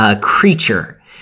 creature